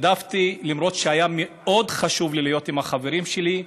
למרות שהיה מאוד חשוב לי להיות עם החברים שלי,